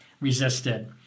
resisted